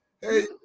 Hey